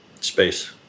Space